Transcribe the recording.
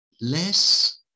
less